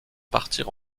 partir